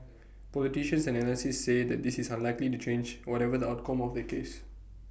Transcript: politicians and analysts say that this is unlikely to change whatever the outcome of the case